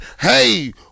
hey